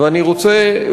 ואני רוצה,